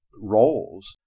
roles